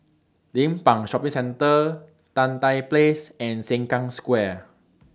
Limbang Shopping Centre Tan Tye Place and Sengkang Square